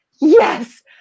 yes